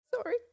Sorry